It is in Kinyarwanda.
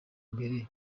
mbere